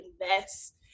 invest